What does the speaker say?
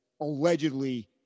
allegedly